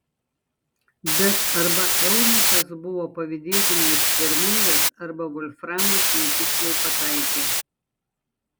bet arba eunuchas buvo pavydėtinai ištvermingas arba volframas netiksliai pataikė